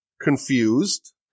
confused